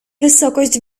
wysokość